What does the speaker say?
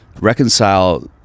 reconcile